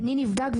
בני נבדק,